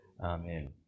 Amen